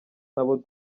nabo